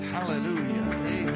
Hallelujah